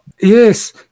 yes